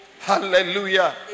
Hallelujah